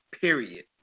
Period